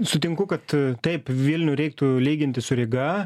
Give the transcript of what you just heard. sutinku kad taip vilnių reiktų lyginti su ryga